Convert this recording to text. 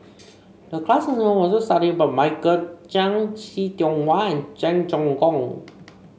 the class was to study about Michael Chiang See Tiong Wah Cheong Choong Kong